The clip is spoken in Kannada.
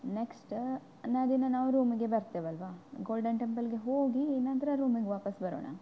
ನೆಕ್ಸ್ಟ ನಾ ದಿನ ನಾವು ರೂಮಿಗೆ ಬರ್ತೇವಲ್ಲವಾ ಗೋಲ್ಡನ್ ಟೆಂಪಲ್ಗೆ ಹೋಗಿ ಈ ನಂತರ ರೂಮಿಗೆ ವಾಪಸ್ ಬರೋಣ